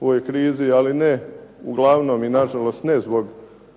u ovoj krizi, ali ne uglavnom i nažalost ne zbog